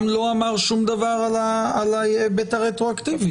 לא אמר שום דבר על ההיבט הרטרואקטיבי.